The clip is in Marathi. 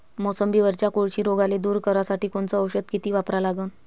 मोसंबीवरच्या कोळशी रोगाले दूर करासाठी कोनचं औषध किती वापरा लागन?